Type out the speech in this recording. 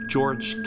George